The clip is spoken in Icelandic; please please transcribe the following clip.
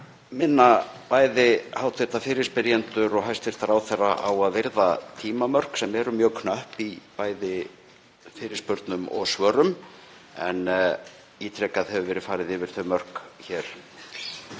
minna bæði hv. fyrirspyrjendur og hæstv. ráðherra á að virða tímamörk sem eru mjög knöpp í bæði fyrirspurnum og svörum en ítrekað hefur verið farið yfir þau mörk hér